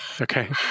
Okay